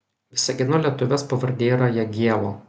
visagino lietuvės pavardė yra jagielo